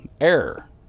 error